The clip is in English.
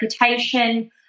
reputation